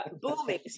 booming